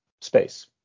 space